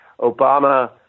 Obama